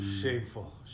Shameful